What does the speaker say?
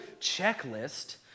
checklist